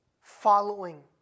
following